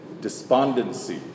despondency